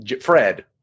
Fred